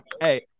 hey